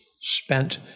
spent